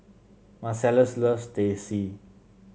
Marcellus loves Teh C